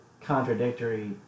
contradictory